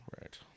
right